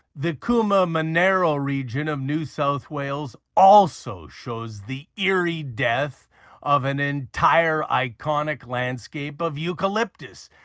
the cooma-monaro region of new south wales also shows the eerie death of an entire iconic landscape of eucalyptus,